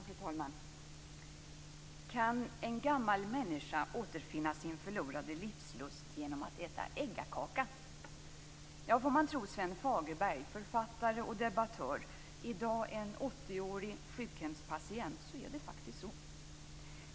Fru talman! Kan en gammal människa återfinna sin förlorade livslust genom att äta äggakaka? Får man tro Sven Fagerberg, författare och debattör, i dag en 80-årig sjukhemspatient, är det faktiskt så.